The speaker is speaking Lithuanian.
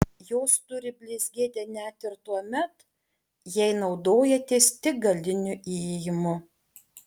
jos turi blizgėti net ir tuomet jei naudojatės tik galiniu įėjimu